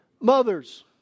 Mothers